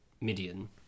Midian